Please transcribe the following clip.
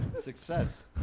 success